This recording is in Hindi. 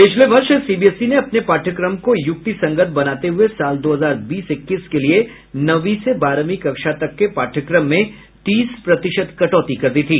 पिछले वर्ष सीबीएसई ने अपने पाठ्यक्रम को युक्तिसंगत बनाते हुए साल दो हजार बीस इक्कीस के लिए नवीं से बारहवीं कक्षा तक के पाठ्यक्रम में तीस प्रतिशत कटौती कर दी थी